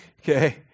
Okay